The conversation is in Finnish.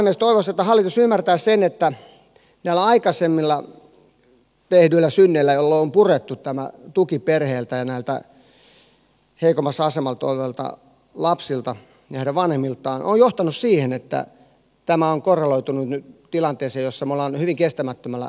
toivoisin että hallitus ymmärtäisi sen että nämä aikaisemmat tehdyt synnit joilla on purettu tämä tuki perheiltä ja heikommassa asemassa olevilta lapsilta ja heidän vanhemmiltaan ovat johtaneet siihen että tämä on korreloitunut nyt tilanteeseen jossa me olemme hyvin kestämättömällä tasolla